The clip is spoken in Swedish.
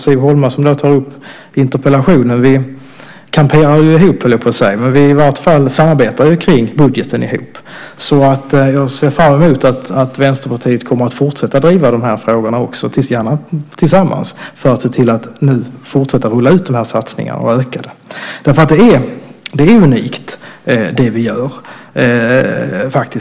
Siv Holma och jag kamperar ju ihop, eller i varje fall samarbetar kring budgeten. Jag ser fram emot att Vänsterpartiet fortsätter att driva de här frågorna, gärna tillsammans, för att se till att vi fortsätter att rulla ut den här satsningen och öka den. Det är unikt det vi gör.